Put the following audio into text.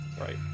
Right